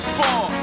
four